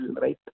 right